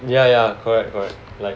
ya ya correct correct like